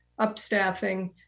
upstaffing